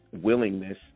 willingness